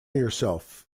yourself